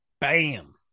Bam